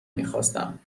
میخواستم